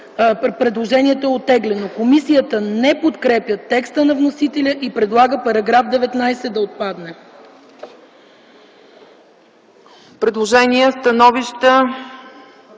Предложението е оттеглено. Комисията не подкрепя текста на вносителя и предлага § 71 да отпадне.